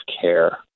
care